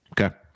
Okay